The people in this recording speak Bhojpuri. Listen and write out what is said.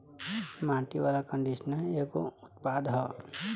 माटी वाला कंडीशनर एगो उत्पाद ह